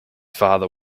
father